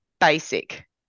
basic